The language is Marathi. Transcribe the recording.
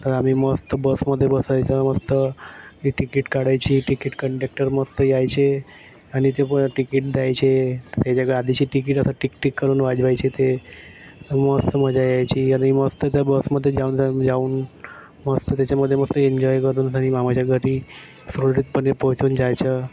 तर आम्ही मस्त बसमधे बसायचं मस्त तिकीट काढायची तिकीट कंडक्टर मस्त यायचे आणि ते पण तिकीट द्यायचे त्याच्याकडे आधीचे तिकीट असं टिक टिक करून वाजवायचे ते मस्त मजा यायची आम्ही मस्त त्या बसमध्ये जाऊन मस्त त्याच्यामध्ये मस्त एन्जॉय करून घरी मामाच्या घरी सहजपणे पोचून जायचं